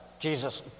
Jesus